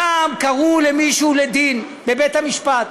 פעם קראו למישהו לדין בבית-המשפט,